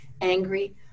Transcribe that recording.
angry